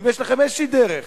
אם יש לכם איזושהי דרך,